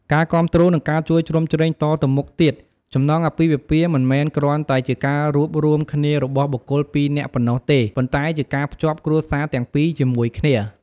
ការគាំទ្រ និងការជួយជ្រោមជ្រែងតទៅមុខទៀត ចំណងអាពាហ៍ពិពាហ៍មិនមែនគ្រាន់តែជាការរួបរួមគ្នារបស់បុគ្គលពីរនាក់ប៉ុណ្ណោះទេ ប៉ុន្តែជាការភ្ជាប់គ្រួសារពីរជាមួយគ្នា។